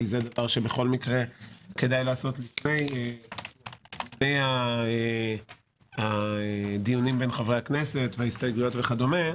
כי כדאי לעשות את זה לפני הדיונים בין חברי הכנסת וההסתייגויות וכדומה,